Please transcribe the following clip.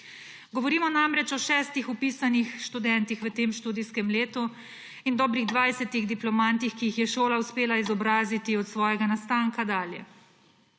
Govorimo namreč o šestih vpisanih študentih v tem študijskem letu in dobrih 20 diplomantih, ki jih je šola uspela izobraziti od svojega nastanka dalje.